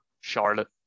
Charlotte